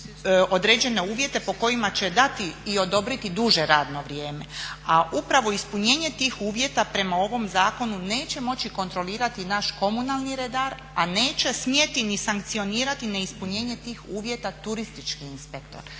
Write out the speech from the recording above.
uvjete po kojima će dati i odobriti duže radno vrijeme, a upravo ispunjenje tih uvjeta prema ovom zakonu neće moći kontrolirati naš komunalni redar, a neće smjeti ni sankcionirati neispunjenje tih uvjeta turistički inspektor.